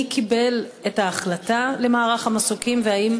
מי קיבל את ההחלטה על מערך המסוקים והאם